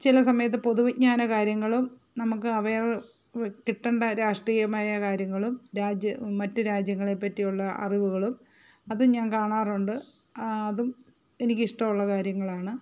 ചില സമയത്ത് പൊതുവിജ്ഞാന കാര്യങ്ങളും നമുക്ക് അവ്യവ കിട്ടേണ്ട രാഷ്ട്രീയമായ കാര്യങ്ങളും രാജ്യ മറ്റ് രാജ്യങ്ങളെ പറ്റിയുള്ള അറിവുകളും അതും ഞാൻ കാണാറുണ്ട് അതും എനിക്കിഷ്ടമുള്ള കാര്യങ്ങളാണ്